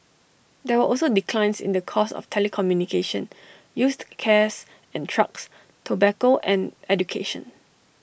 there were also declines in the cost of telecommunication used cares and trucks tobacco and education